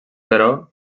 però